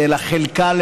אלא את חלקן.